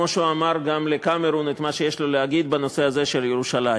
כמו שהוא אמר גם לקמרון את מה שיש לו להגיד בנושא הזה של ירושלים.